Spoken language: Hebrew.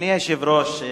אדוני היושב-ראש,